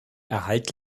erhalt